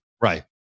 Right